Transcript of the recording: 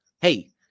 Hey